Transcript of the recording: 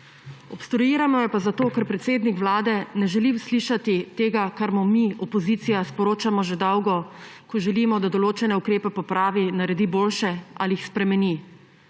Obstruiramo jo pa zato, ker predsednik vlade ne želi slišati tega, kar mu mi, opozicija, sporočamo že dolgo, ko želimo, da določene ukrepe popravi, naredi boljše ali jih spremeni.